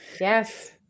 Yes